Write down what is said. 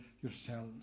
yourselves